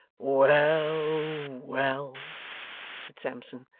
well, well said sampson,